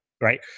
right